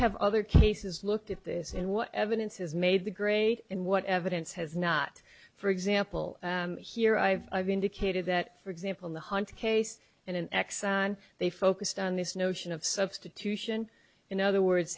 have other cases looked at this in what evidence has made the grade and what evidence has not for example here i've indicated that for example in the hunt case and in exxon they focused on this notion of substitution in other words